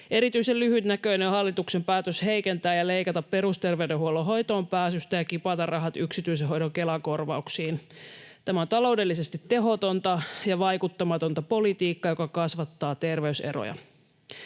Erityisen lyhytnäköinen on hallituksen päätös heikentää ja leikata perusterveydenhuollon hoitoonpääsystä ja kipata rahat yksityisen hoidon Kela-korvauksiin. Tämä on taloudellisesti tehotonta ja vaikuttamatonta politiikkaa, joka kasvattaa terveyseroja.